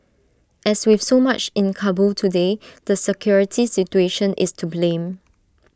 as with so much in Kabul today the security situation is to blame